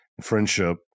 friendship